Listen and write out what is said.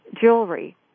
jewelry